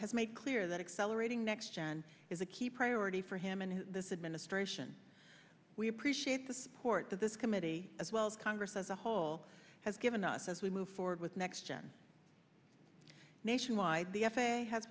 has made clear that accelerating next gen is a key priority for him and his this administration we appreciate the support that this committee as well as congress as a whole has given us as we move forward with next general nationwide